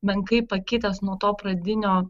menkai pakitęs nuo to pradinio